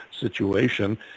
situation